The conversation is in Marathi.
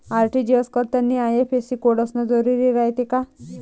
आर.टी.जी.एस करतांनी आय.एफ.एस.सी कोड असन जरुरी रायते का?